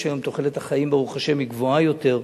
ברוך השם, תוחלת החיים היום גבוהה יותר,